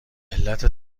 علت